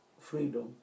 freedom